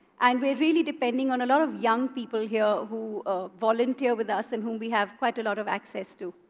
and we're really depending on a lot of young people here who volunteer with us and whom we have quite a lot of access to.